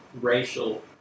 racial